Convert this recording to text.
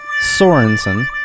Sorensen